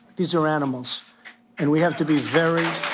these are animals and we have to be very,